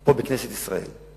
פה בכנסת ישראל,